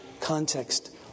context